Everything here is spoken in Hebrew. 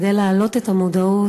כדי להעלות את המודעות,